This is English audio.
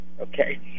okay